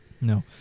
No